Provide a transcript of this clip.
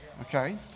Okay